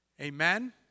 Amen